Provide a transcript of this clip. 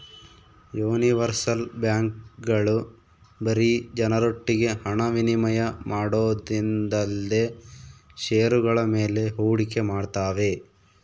universal ಬ್ಯಾಂಕ್ಗಳು ಬರೀ ಜನರೊಟ್ಟಿಗೆ ಹಣ ವಿನಿಮಯ ಮಾಡೋದೊಂದೇಲ್ದೆ ಷೇರುಗಳ ಮೇಲೆ ಹೂಡಿಕೆ ಮಾಡ್ತಾವೆ